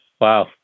Wow